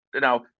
now